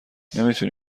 نمیتونی